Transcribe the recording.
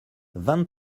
vingt